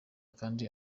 kandi